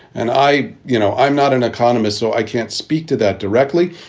and i you know, i'm not an economist, so i can't speak to that directly.